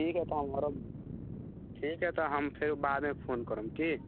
ठीक हइ तऽ हम करब ठीक हइ तऽ हम फेर बादमे फोन करम की